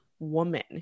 woman